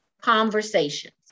conversations